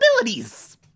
abilities